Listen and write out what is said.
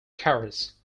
carrots